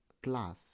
class